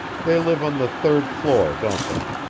they live on the third floor, don't they?